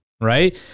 Right